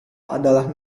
adalah